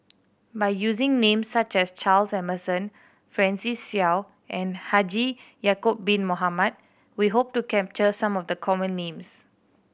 by using names such as Charles Emmerson Francis Seow and Haji Ya'acob Bin Mohamed we hope to capture some of the common names